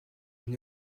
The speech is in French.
une